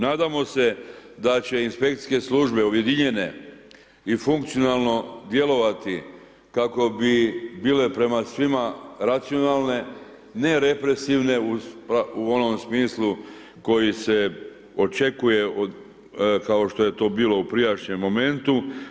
Nadamo se da će inspekcijske službe objedinjene i funkcionalno djelovati kako bi bile prema svima racionalne, nerepresivne u onom smislu koji se očekuje kao što je to bilo u prijašnjem momentu.